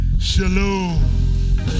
Shalom